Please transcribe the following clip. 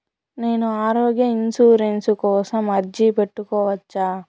నేను ఆరోగ్య ఇన్సూరెన్సు కోసం అర్జీ పెట్టుకోవచ్చా?